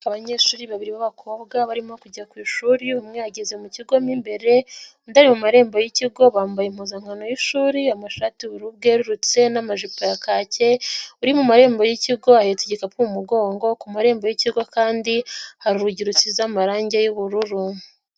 Abanyeshuri babiri b'abakobwa barimo kujya ku ishuri umwe yageze mu kigo mo imbere, undi ari mu marembo y'ikigo bambaye impuzankano y'ishuri amashati y'ubururu bwerurutse n'amajipo ya kake, uri mu marembo y'ikigo ahetse igikapu mu mugongo ku marembo y'ikigo kandi, hari urugi rusize amarangi y'ubururu.